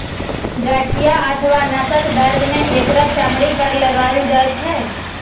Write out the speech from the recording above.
गठिया अथवा नसक दर्द मे एकरा चमड़ी पर लगाएल जाइ छै